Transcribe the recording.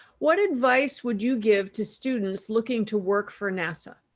what advice would you give to students looking to work for nasa?